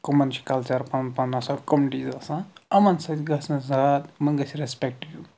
کَمن چھُ کَلچَر پَنُن پَنُن آسان کوٚمنِٹیٖز آسان یِمن سۭتۍ گٔژھ نہٕ زات یِمن گَژھِ رٮ۪سپٮ۪کٹ یُن